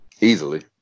Easily